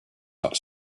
that